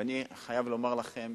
ואני חייב לומר לכם